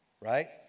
Right